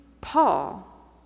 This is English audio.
Paul